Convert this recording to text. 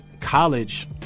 college